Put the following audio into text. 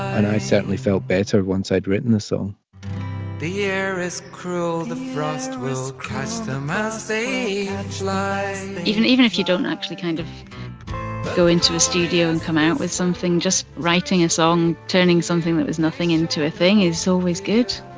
and i certainly felt better once i'd written the song the air is cruel. the frost will catch them as they fly even even if you don't actually kind of go into a studio and come out with something, just writing a song turning something that was nothing into a thing is always good